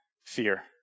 fear